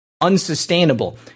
unsustainable